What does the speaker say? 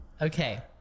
Okay